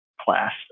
class